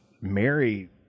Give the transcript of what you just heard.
Mary